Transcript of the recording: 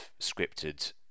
scripted